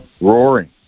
roaring